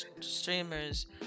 streamers